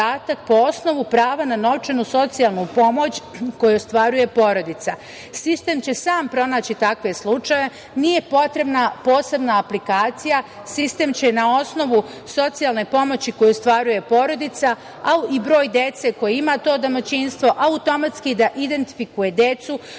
po osnovu prava na novčanu socijalnu pomoć koju ostvaruje porodica. Sistem će sam pronaći takve slučajeve, nije potrebna posebna aplikacija, sistem će na osnovu socijalne pomoći koju ostvaruje porodica ali i broj dece koju ima to domaćinstvo automatski identifikuje decu